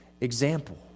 example